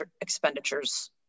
expenditures